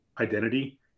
identity